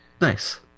Nice